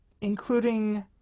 including